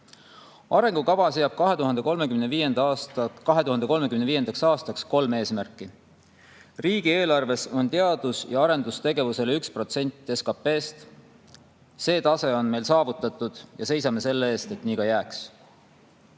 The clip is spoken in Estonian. Arengukavas jääb 2035. aastaks kolm eesmärki. Riigieelarves on teadus- ja arendustegevusele 1% SKP‑st – see tase on meil saavutatud ja seisame selle eest, et see nii ka jääks.